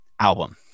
album